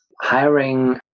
hiring